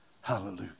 Hallelujah